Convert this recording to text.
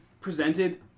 presented